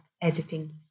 editing